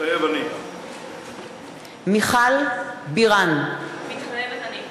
מתחייב אני מיכל בירן, מתחייבת אני